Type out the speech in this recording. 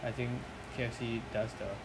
I think K_F_C does the